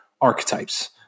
archetypes